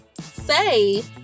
say